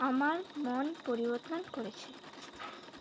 আমার মন পরিবর্তন করেছে